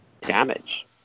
damage